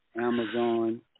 Amazon